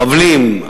הבבלים,